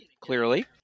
clearly